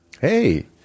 hey